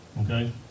Okay